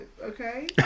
okay